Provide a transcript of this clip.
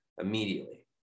immediately